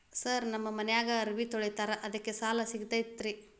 Sir ನಮ್ಮ ಮನ್ಯಾಗ ಅರಬಿ ತೊಳಿತಾರ ಅದಕ್ಕೆ ಸಾಲ ಸಿಗತೈತ ರಿ?